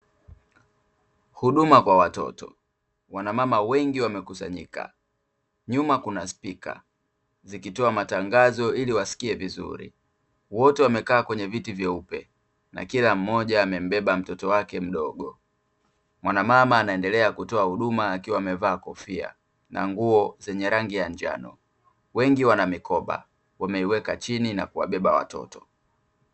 Huduma kwa watoto, wana mama wengi wamekusanyika. Nyuma kuna spika zikitoa matangazo ili wasikie vizuri wote wamekaa kwenye viti vyeupe, na kila mmoja amembeba mtoto wake mdogo, mwanamama anaendelea kutoa huduma akiwa amevaa kofia na nguo zenye rangi ya njano wengi wana mikoba wameiweka chini na kuwabeba watoto.